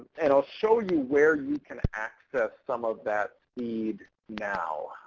and i'll show you where you can access some of that seed now.